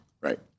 Right